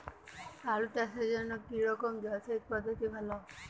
আলু চাষের জন্য কী রকম জলসেচ পদ্ধতি ভালো?